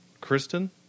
Kristen